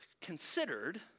considered